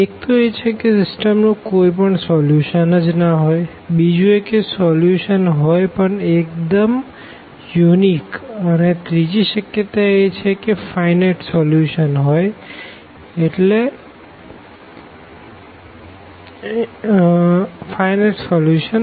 એક તો છે કે સીસ્ટમ નું કોઈ પણ સોલ્યુશન જ ના હોઈ બીજું એ કે તેનું સોલ્યુશન હોઈ પણ એકદમ અનન્ય અને ત્રીજી શક્યતા એ કે મર્યાદિત સોલ્યુશનહોઈ હોઈએટલે અનંત સોલ્યુશન